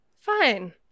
Fine